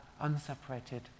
unseparated